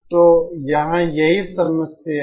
तो यहां यही समस्या है